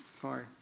Sorry